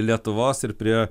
lietuvos ir prie